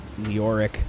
Leoric